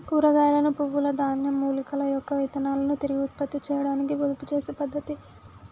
కూరగాయలను, పువ్వుల, ధాన్యం, మూలికల యొక్క విత్తనాలను తిరిగి ఉత్పత్తి చేయాడానికి పొదుపు చేసే పద్ధతి